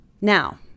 Now